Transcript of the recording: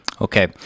Okay